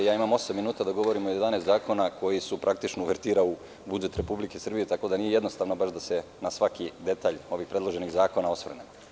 Ja imam osam minuta da govorim o 11 zakona koji su praktično uvertira u budžet Republike Srbije, tako da nije jednostavno da se baš na svaki detalj ovih predloženih zakona osvrnem.